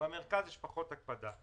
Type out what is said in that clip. במרכז יש פחות הקפדה.